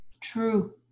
true